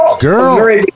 Girl